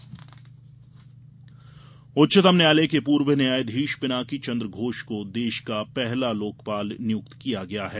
लोकपाल नियुक्ति उच्चतम न्यायालय के पूर्व न्यायाधीश पिनाकी चंद्र घोष को देश का पहला लोकपाल नियुक्त किया गया है